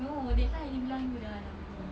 no that time I bilang you dah enam puluh